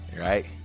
right